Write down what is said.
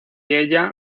ella